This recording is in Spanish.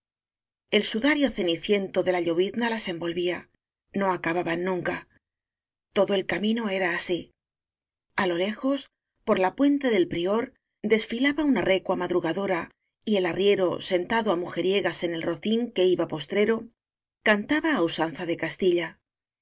suda rio ceniciento de la llovizna las envolvía no acababan nunca todo el camino era así a lo lejos por la puente del prior desfilaba una recua madrugadora y el arriero senta do á mujeriegas en el rocín que iba postrero cantaba á usanza de castilla